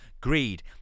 greed